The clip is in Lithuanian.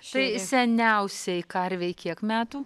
tai seniausiai karvei kiek metų